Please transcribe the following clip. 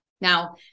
Now